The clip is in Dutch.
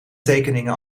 tekeningen